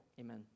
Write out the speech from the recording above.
amen